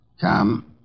Come